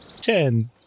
Ten